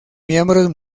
miembros